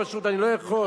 פשוט, אני לא יכול.